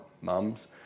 mums